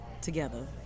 together